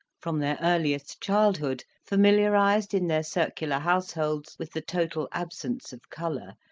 from their earliest childhood, familiarized in their circular households with the total absence of colour,